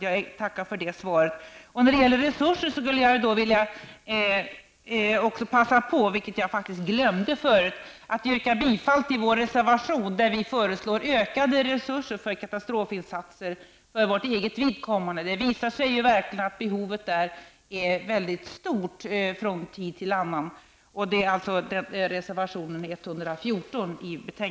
Jag vill passa på att yrka bifall till vår reservation där vi föreslår ökade resurser för katastrofinsatser. Behovet är mycket stort från tid till annan. Det gäller reservation 114.